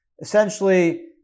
essentially